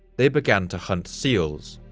they began to hunt seals,